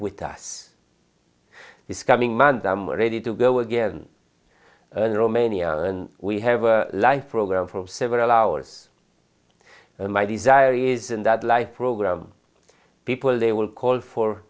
with us this coming monday i'm ready to go again romania and we have a life program for several hours of my desire isn't that life program people they will call for